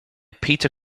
peter